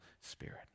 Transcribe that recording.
Spirit